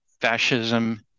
fascism